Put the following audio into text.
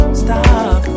stop